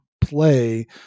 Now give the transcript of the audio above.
play